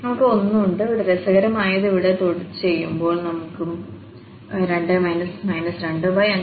നമുക്ക് 1 ഉണ്ട് ഇവിടെ രസകരമായത് ഇവിടെ ചെയ്യുമ്പോൾ നമുക്കും 2 25 1441ഉണ്ട്